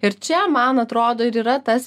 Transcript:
ir čia man atrodo ir yra tas